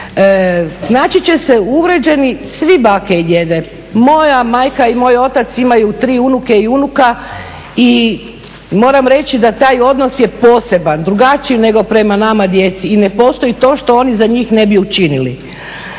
Naći će se uvrijeđeni svi bake i djede, moja majka i moj otac imaju 3 unuke i unuka i moram reći da taj odnos je poseban, drugačiji nego prema nama djeci i ne postoji to što oni za njih ne bi učinili.